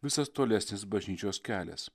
visas tolesnis bažnyčios kelias